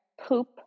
poop